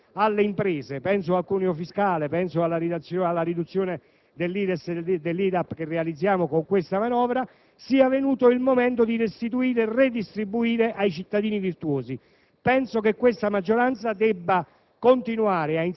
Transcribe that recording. Abbiamo già detto con chiarezza che, dopo aver dato alle imprese (penso al cuneo fiscale e alla riduzione dell'IRES e dell'IRAP che realizziamo con questa manovra), sia venuto il momento di restituire e redistribuire ai cittadini virtuosi.